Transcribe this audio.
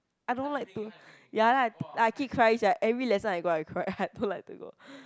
I don't like to ya lah I keep crying sia every lesson I go I cry I don't like to go